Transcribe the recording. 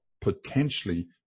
potentially